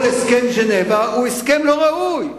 כל הסכם ז'נבה הוא הסכם לא ראוי,